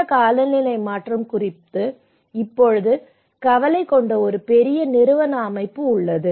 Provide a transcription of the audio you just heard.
இந்த காலநிலை மாற்றம் குறித்து இப்போது கவலை கொண்ட ஒரு பெரிய நிறுவன அமைப்பு உள்ளது